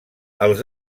els